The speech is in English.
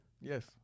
Yes